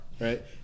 right